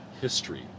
history